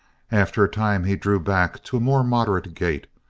after a time he drew back to a more moderate gait,